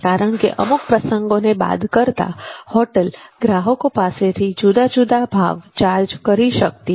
કારણ કે અમુક પ્રસંગોને બાદ કરતા હોટલ ગ્રાહકો પાસેથી જુદા જુદા ભાવ ચાર્જ કરી શકતી નથી